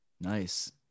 Nice